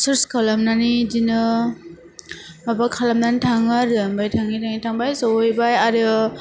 search खालामनानै इदिनो माबा खालामनानै थाङो आरो आमफाय थाङै थाङै थांबाय सौहैबाय आरो